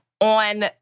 on